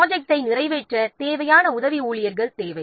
ப்ரொஜெக்ட்டை நிறைவேற்ற தேவையான உதவி ஊழியர்கள் தேவை